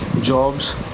jobs